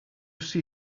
see